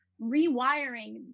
rewiring